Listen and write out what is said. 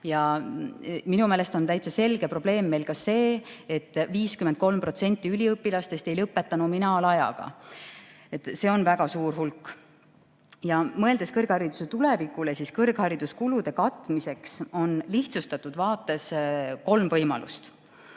Minu meelest on täitsa selge probleem meil ka see, et 53% üliõpilastest ei lõpeta nominaalajaga. See on väga suur hulk. Mõeldes kõrghariduse tulevikule, on kõrghariduskulude katmiseks lihtsustatud vaates kolm võimalust.